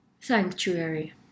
sanctuary